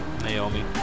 Naomi